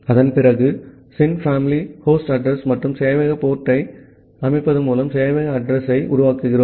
அதன் பிறகு sin family host address மற்றும் சேவையக போர்ட் டை அமைப்பதன் மூலம் சேவையக அட்ரஸ் யை உருவாக்குகிறோம்